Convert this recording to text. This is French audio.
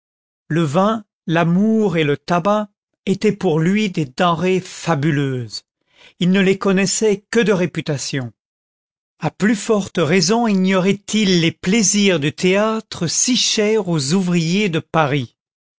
le vin l'amour et le tabac étaient pour lui des denrées fabuleuses il ne les connaissait que de réputation a plus forte raison ignoraitil les plaisirs du théâtre si chers aux ouvriers de paris